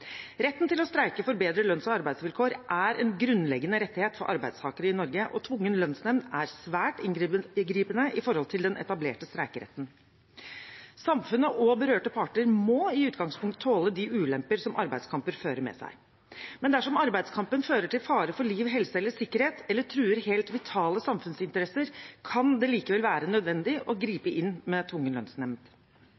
Retten til å streike for bedre lønns- og arbeidsvilkår er en grunnleggende rettighet for arbeidstakere i Norge, og tvungen lønnsnemnd er svært inngripende overfor den etablerte streikeretten. Samfunnet og berørte parter må i utgangspunktet tåle de ulemper som arbeidskamper fører med seg. Men dersom arbeidskampen fører til fare for liv, helse eller sikkerhet, eller truer helt vitale samfunnsinteresser, kan det likevel være nødvendig å